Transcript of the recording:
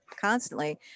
constantly